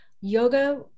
yoga